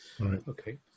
okay